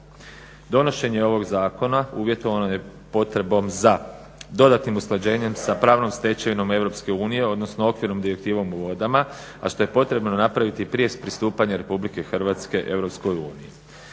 Donošenje ovog zakona uvjetovano je potrebom za dodatnim usklađenjem sa pravnom stečevinom EU, odnosno okvirnom Direktivom o vodama a što je potrebno napraviti prije pristupanja Republike Hrvatske EU.